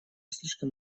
слишком